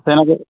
ସେନ ଯେ